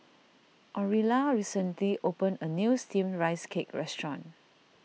Aurilla recently opened a new Steamed Rice Cake restaurant